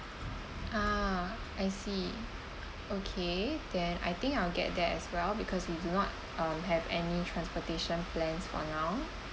ah I see okay then I think I'll get that as well because we do not um have any transportation plans for now